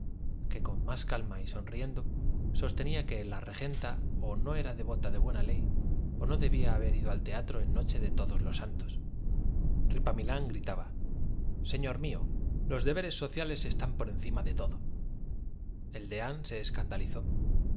que con más calma y sonriendo sostenía que la regenta o no era devota de buena ley o no debía haber ido al teatro en noche de todos los santos ripamilán gritaba señor mío los deberes sociales están por encima de todo el deán se escandalizó